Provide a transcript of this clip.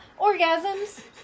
orgasms